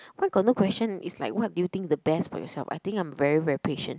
why got no question it's like what do you think is the best part of yourself I think I'm very very patient